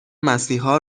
مسیحا